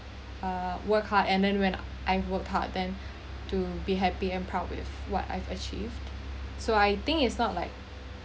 ah work hard and then when I worked hard then to be happy and proud with what I have achieved so I think it's not like one moment but it's like